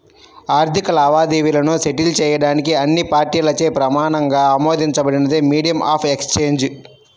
ఆర్థిక లావాదేవీలను సెటిల్ చేయడానికి అన్ని పార్టీలచే ప్రమాణంగా ఆమోదించబడినదే మీడియం ఆఫ్ ఎక్సేంజ్